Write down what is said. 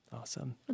awesome